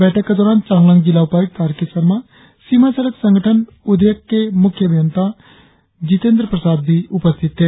बैठक के दौरान चांगलांग जिला उपायुक्त आर के शर्मा सीमा सड़क संगठन उदोयक के मुख्य अभियंता जितेंद्र प्रसाद भी उपस्थित थे